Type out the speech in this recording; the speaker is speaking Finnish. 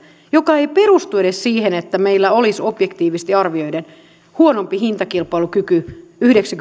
joka ei edes perustu siihen että meillä olisi objektiivisesti arvioiden huonompi hintakilpailukyky